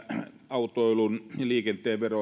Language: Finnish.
autoilun ja liikenteen